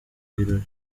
birori